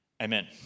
Amen